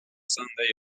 sunday